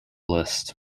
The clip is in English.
list